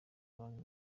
banki